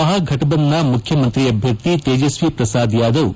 ಮಹಾಫೆಟ್ಬಂಧನ್ನ ಮುಖ್ಯಮಂತ್ರಿ ಅಭ್ಯರ್ಥಿ ತೇಜಸ್ವಿ ಪ್ರಸಾದ್ ಯಾದವ್